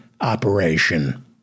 operation